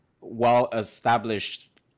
well-established